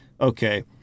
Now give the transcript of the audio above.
okay